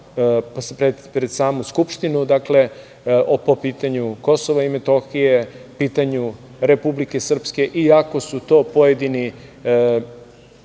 pred samu Skupštinu. Dakle, po pitanju Kosova i Metohije, pitanju Republike Srpske i ako su to pojedini